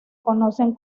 conocen